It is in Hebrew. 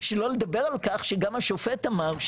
שלא לדבר על כך שגם השופט אמר,